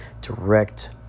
direct